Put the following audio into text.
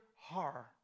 horror